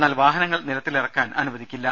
എന്നാൽ വാഹനങ്ങൾ നിരത്തിലിറക്കാൻ അനുവദിക്കില്ല